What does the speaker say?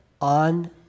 on